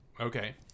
Okay